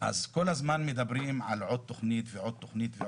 אז כל הזמן מדברים על עוד תוכנית ועוד תוכנית.